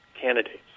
candidates